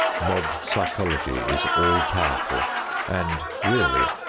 mob psychology is all-powerful and really,